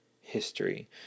history